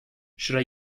should